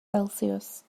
celsius